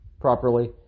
properly